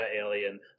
alien